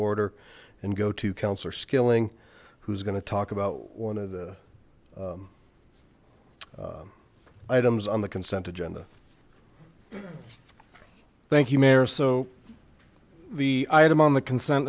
order and go to councillor skilling who's going to talk about one of the items on the consent agenda thank you mayor so the item on the consent